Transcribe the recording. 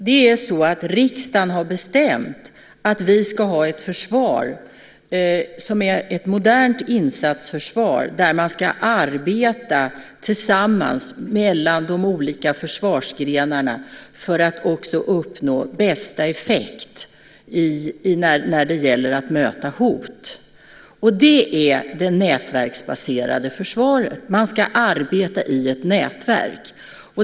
Herr talman! Riksdagen har bestämt att vi ska ha ett försvar som är ett modernt insatsförsvar där man ska arbeta tillsammans mellan de olika försvarsgrenarna för att också uppnå bästa effekt när det gäller att möta hot. Det är det nätverksbaserade försvaret; man ska arbeta i ett nätverk.